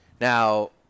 Now